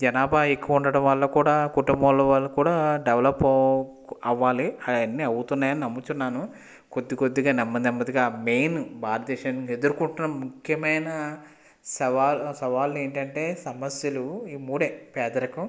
జనాభా ఎక్కువ ఉండటం వల్ల కూడా కుటుంబంలో వాళ్ళు కూడా డెవలప్ అవ్వాలి అవన్నీ అవుతున్నాయని నమ్ముతున్నాను కొద్దికొద్దిగా నెమ్మ నెమ్మదిగా మెయిన్ భారతదేశం ఎదుర్కొంటున్న ముఖ్యమైన సవాల్ సవాలని ఏంటంటే సమస్యలు ఈ మూడే పేదరికం